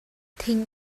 thing